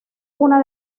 una